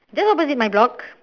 just opposite my block